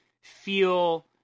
feel